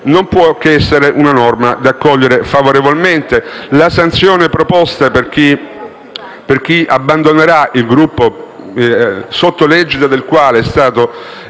non può che essere una norma da accogliere favorevolmente. La sanzione proposta per chi abbandonerà il Gruppo, sotto l'egida del quale è stato